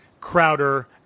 Crowder